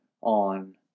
on